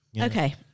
Okay